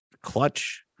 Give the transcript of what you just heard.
clutch